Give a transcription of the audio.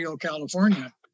California